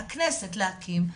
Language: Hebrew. שהכנסת דרשה להקים,